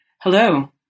Hello